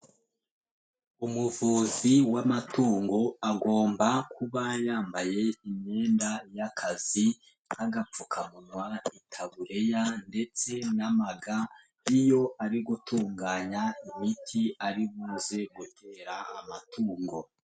Umuvuzi w'amatungo agomba kuba yambaye imyenda y'akazi, nk'agapfukamunwa itabureya ndetse n'amaga iyo ari gutunganya imiti aribuze gutera amatungo.